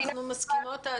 אנחנו מסכימות על זה,